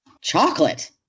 Chocolate